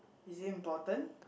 is it important